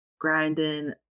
grinding